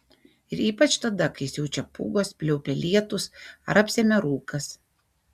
ir ypač tada kai siaučia pūgos pliaupia lietūs ar apsemia rūkas